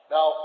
Now